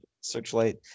Searchlight